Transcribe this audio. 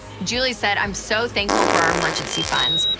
julie said, i'm so thankful for our emergency fund.